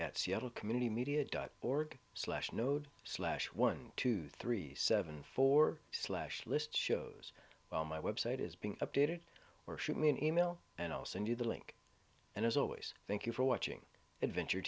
at seattle community media dot org slash node slash one two three seven four slash list shows well my website is being updated or shoot me an email and i'll send you the link and as always thank you for watching adventure